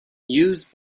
use